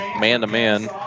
man-to-man